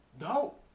No